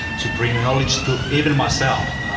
to bring the knowledge to, even myself.